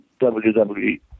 WWE